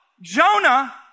Jonah